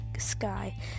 Sky